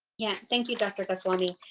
yeah thank you, dr. goswami.